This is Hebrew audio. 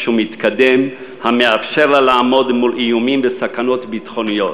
ומתקדם המאפשרים לה לעמוד מול איומים וסכנות ביטחוניות.